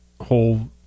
whole